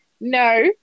no